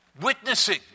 witnessing